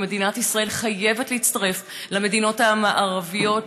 ומדינת ישראל חייבת להצטרף למדינות המערביות שאמרו: